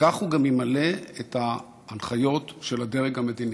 וכך הוא גם ימלא את ההנחיות של הדרג המדיני,